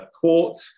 port